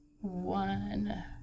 One